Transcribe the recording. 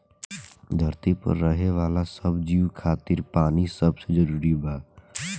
धरती पर रहे वाला सब जीव खातिर पानी सबसे जरूरी बा